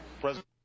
President